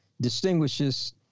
distinguishes